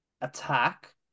attack